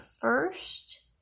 first